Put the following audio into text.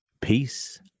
peace